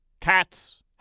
Cats